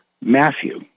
Matthew